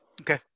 okay